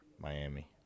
Miami